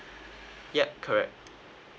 yup correct